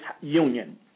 union